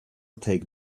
take